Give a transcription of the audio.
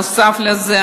נוסף על זה,